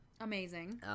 amazing